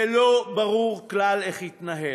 ולא ברור כלל איך יתנהל.